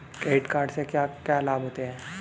Credit card से क्या क्या लाभ होता है?